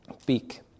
speak